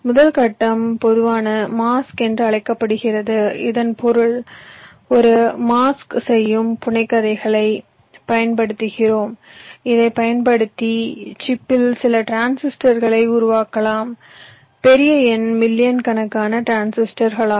முதல் கட்டம் பொதுவான மாஸ்க் என்று அழைக்கப்படுகிறது இதன் பொருள் நாங்கள் ஒரு மாஸ்க் செய்யும் புனைகதைகளைப் பயன்படுத்துகிறோம் இதைப் பயன்படுத்தி நீங்கள் சிப்பில் சில டிரான்சிஸ்டர்களை உருவாக்குகிறீர்கள் பெரிய எண் மில்லியன் கணக்கான டிரான்சிஸ்டர்கள் ஆகும்